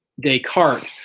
Descartes